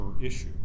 issue